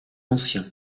ancien